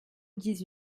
dix